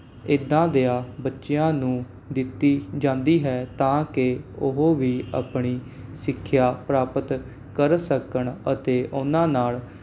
ਇੱਦਾਂ ਦਿਆਂ ਬੱਚਿਆਂ ਨੂੰ ਦਿੱਤੀ ਜਾਂਦੀ ਹੈ ਤਾਂ ਕਿ ਉਹ ਵੀ ਆਪਣੀ ਸਿੱਖਿਆ ਪ੍ਰਾਪਤ ਕਰ ਸਕਣ ਅਤੇ ਉਹਨਾਂ ਨਾਲ਼